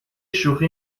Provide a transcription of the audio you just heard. شوخی